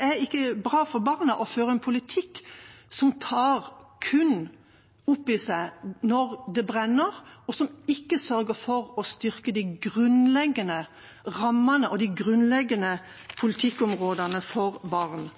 er ikke bra for barna at man fører en politikk som kun tar opp i seg problemene når det brenner, og som ikke sørger for å styrke de grunnleggende rammene og de grunnleggende politikkområdene for barn.